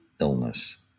illness